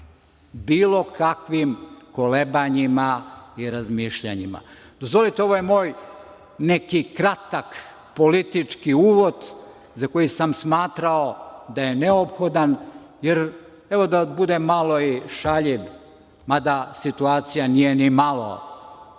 bilo kakvim kolebanjima i razmišljanjima. Dozvolite, ovo je moj neki kratak politički uvod, za koji sam smatrao da je neophodan, jer evo, da budem malo i šaljiv, mada situacija nije ni malo